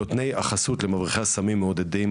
נותני החסות למבריחי הסמים מעודדים